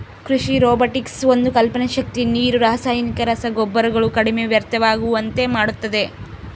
ಕೃಷಿ ರೊಬೊಟಿಕ್ಸ್ ಒಂದು ಕಲ್ಪನೆ ಶಕ್ತಿ ನೀರು ರಾಸಾಯನಿಕ ರಸಗೊಬ್ಬರಗಳು ಕಡಿಮೆ ವ್ಯರ್ಥವಾಗುವಂತೆ ಮಾಡುತ್ತದೆ